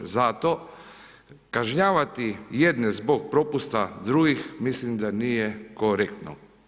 Zato kažnjavati jedne zbog propusta drugih, mislim da nije korektno.